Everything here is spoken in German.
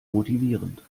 motivierend